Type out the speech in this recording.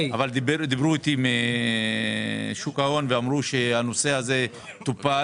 דיברו איתי אנשי אגף שוק ההון ואמרו שהנושא הזה טופל.